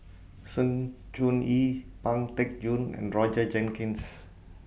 Sng Choon Yee Pang Teck Joon and Roger Jenkins